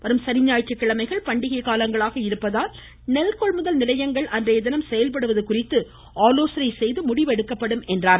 வரும் சனி ஞாயிற்றுக்கிழமைகள் பண்டிகை காலங்களாக இருப்பதால் நெல்கொள்முதல் நிலையங்கள் அன்றைய தினம் செயல்படுவது குறித்து ஆலோசித்து முடிவெடுக்கப்படும் என்றார்